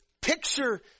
picture